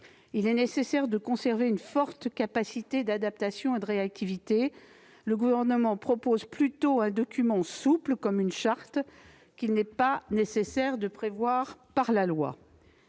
Il est nécessaire de conserver une forte capacité d'adaptation et de réactivité. Le Gouvernement propose plutôt un document souple, comme une charte, qu'il n'est pas nécessaire de prévoir dans la loi.